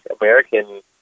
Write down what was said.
American